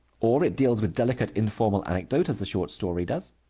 or it deals with delicate informal anecdote as the short story does,